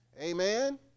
amen